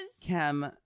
Kim